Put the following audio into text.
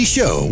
Show